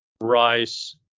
rice